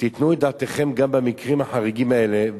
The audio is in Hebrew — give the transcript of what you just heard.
תיתנו את דעתכם גם על מקרים החריגים האלה,